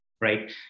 right